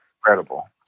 Incredible